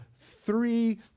three